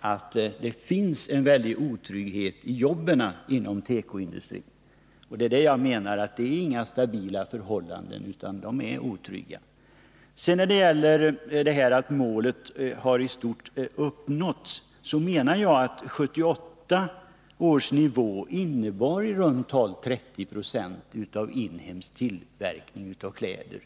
att det finns en stor otrygghet i jobben inom tekoindustrin. Där råder alltså inga stabila förhållanden, utan de är otrygga. När det gäller statsminsterns uttalande att målet i stort sett har uppnåtts vill jag säga att 1978 års nivå i runt tal innebar 30 96 inhemsk tillverkning av kläder.